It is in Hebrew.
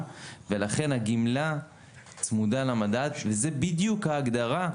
ולכן הגמלה צמודה למדד וזה בדיוק ההגדרה.